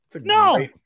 No